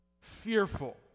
fearful